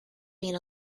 been